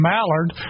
Mallard